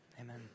amen